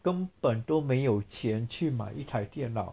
根本都没有钱去买一台电脑